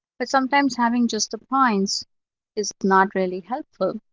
but sometimes having just the points is not really helpful.